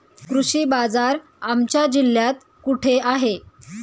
कृषी बाजार आमच्या जिल्ह्यात कुठे आहे?